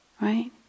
Right